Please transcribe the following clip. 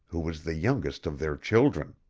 who was the youngest of their children.